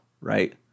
right